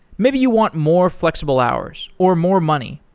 maybe you want more flexible hours, or more money,